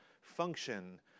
function